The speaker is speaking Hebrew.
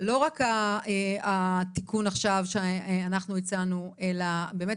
שלא רק התיקון שאנחנו הצענו עכשיו אלא באמת